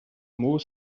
more